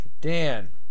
Dan